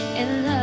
and